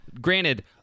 Granted